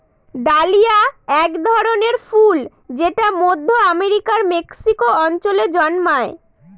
dahlia এক ধরনের ফুল যেটা মধ্য আমেরিকার মেক্সিকো অঞ্চলে জন্মায়